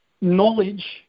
knowledge